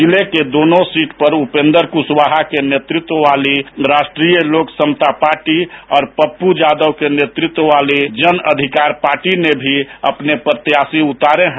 जिले की दोनों सीटों पर उपेंद्र कुशवाहा के नेतृत्व वाले राष्ट्रीय लोक समता पार्टी और पप्पू यादव के नेतृत्व वाले जन अधिकार पार्टी ने भी अपने प्रत्याशी उतारे हैं